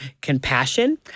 compassion